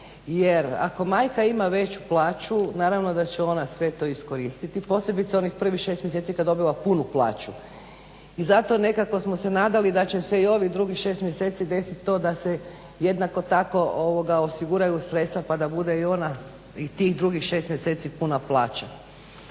jer ako majka ima veću plaću naravno da će ona to sve iskoristiti posebice onih prvih šest mjeseci kada dobiva punu plaću i zato nekako smo se nadali da će se i ovih drugih šest mjeseci desit to da se jednako tako osiguraju sredstva pa da bude i ona i tih drugih šest mjeseci puna plaća.